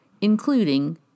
including